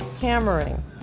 Hammering